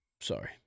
Sorry